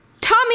Tommy